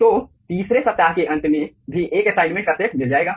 तो तीसरे सप्ताह के अंत में भी 1 असाइनमेंट का सेट मिल जाएगा